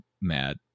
mad